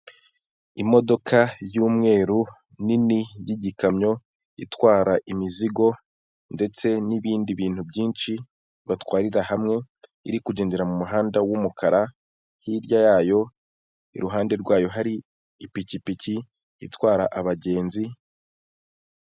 Imodoka yumweru nini, y'igikamyo, itwara imizigo ndetse n'ibindi bintu byinshi batwarira hamwe, iri kugendera mu muhanda w'umukara, hirya yayo, iruhande rwayo hari ipikipiki itwara abagenzi.